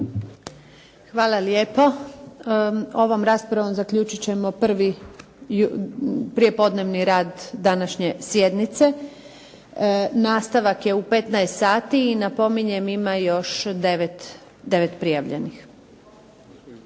Hvala lijepo. Ovom raspravom zaključit ćemo prvi prijepodnevni rad današnje sjednice. Nastavak je u 15 sati i napominjem ima još devet prijavljenih.